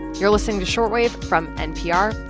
you're listening to short wave from npr.